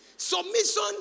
Submission